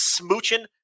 smooching